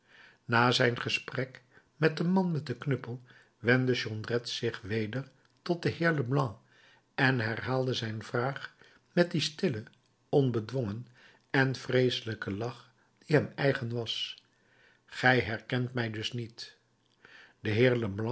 na zijn gesprek met den man met den knuppel wendde jondrette zich weder tot den heer leblanc en herhaalde zijn vraag met dien stillen onbedwongen en vreeselijken lach die hem eigen was gij herkent mij dus niet de heer